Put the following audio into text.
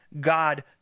god